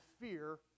fear